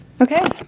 Okay